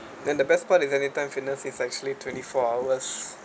then the best part is Anytime Fitness is actually twenty four hours